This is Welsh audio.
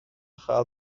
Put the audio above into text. chael